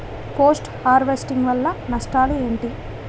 Post harvesting వల్ల నష్టాలు ఏంటి?